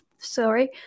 Sorry